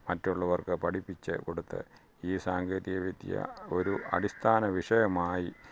മറ്റുള്ളവര്ക്ക് പഠിപ്പിച്ച് കൊടുത്ത് ഈ സാങ്കേതികവിദ്യ ഒരു അടിസ്ഥാന വിഷയമായി